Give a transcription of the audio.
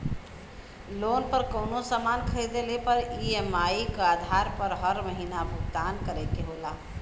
loan पर कउनो सामान खरीदले पर ई.एम.आई क आधार पर हर महीना भुगतान करे के होला